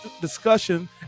discussion